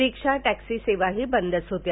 Riba taxi सेवाही बंदच होत्या